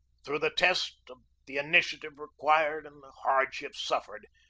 through the test of the initiative required and the hardships suf fered,